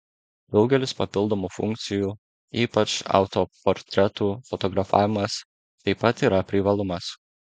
daugelis papildomų funkcijų ypač autoportretų fotografavimas taip pat yra privalumas